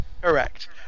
correct